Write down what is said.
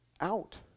out